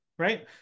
Right